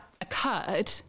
occurred